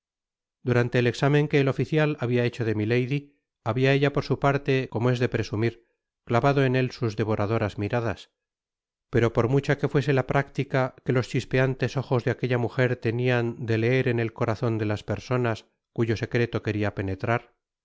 durante el exámen que el oficial habia hecho de milady habia ella por su parte como es de presumir clavado en él sus devoradoras miradas pero por mucha que fuese la práctica que los chispeantes ojos de aquella mujer tenian de leer en el corazon de las personas cuyo secreto queria penetrar